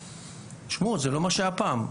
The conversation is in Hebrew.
זקוקים לשינוי כי זה לא מה שהיה פעם.